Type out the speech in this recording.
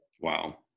Wow